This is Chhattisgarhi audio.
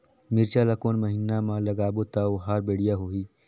मिरचा ला कोन महीना मा लगाबो ता ओहार बेडिया होही?